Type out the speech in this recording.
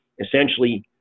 essentially